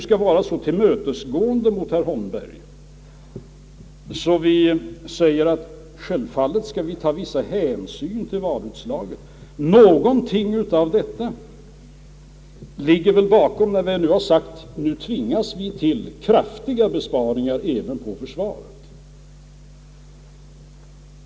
Vi skall vara så tillmötesgående mot herr Holmberg att vi säger att något av denna inställning ligger bakom när vi nu tvingas till kraftiga besparingar även när det gäller försvaret.